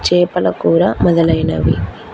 చేపల కూర మొదలైనవి